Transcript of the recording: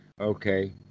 Okay